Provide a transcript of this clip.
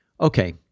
Okay